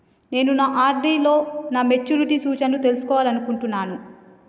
నేను నా ఆర్.డి లో నా మెచ్యూరిటీ సూచనలను తెలుసుకోవాలనుకుంటున్నా